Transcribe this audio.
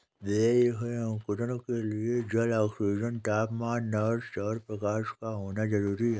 बीज के अंकुरण के लिए जल, ऑक्सीजन, तापमान और सौरप्रकाश का होना जरूरी है